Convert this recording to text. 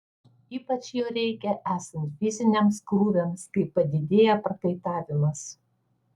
ypač jo reikia esant fiziniams krūviams kai padidėja prakaitavimas